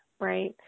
right